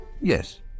Yes